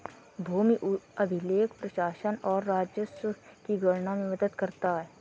भूमि अभिलेख प्रशासन और राजस्व की गणना में मदद करता है